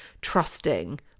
trusting